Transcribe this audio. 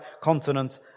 continent